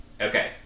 Okay